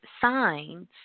signs